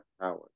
power